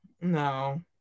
no